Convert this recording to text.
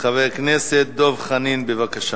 חבר הכנסת דב חנין, בבקשה.